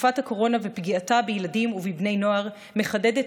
תקופת הקורונה ופגיעתה בילדים ובבני נוער מחדדות